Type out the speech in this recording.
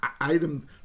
item